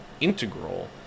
integral